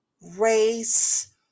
race